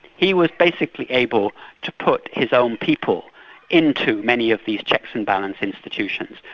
he was basically able to put his own people into many of these checks and balance institutions,